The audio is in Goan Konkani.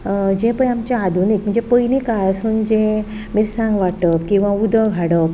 जे पळय आमचें आधुनीक म्हणजे पयलीं काळासून जें मिरसांग वाटप किंवा उदक हाडप